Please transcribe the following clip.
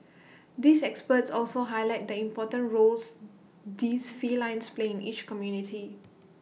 these excerpts also highlight the important roles these felines play in each community